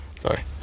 Sorry